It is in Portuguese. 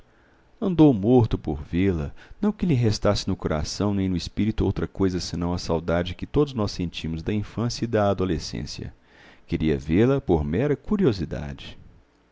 andou morto por vê-la não que lhe restasse no coração nem no espírito outra coisa senão a saudade que todos nós sentimos da infância e da adolescência queria vê-la por mera curiosidade